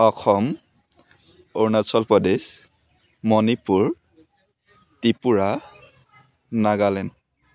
Assam Arunachal Pradesh Manipur Tripura Nagaland